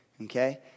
okay